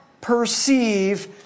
perceive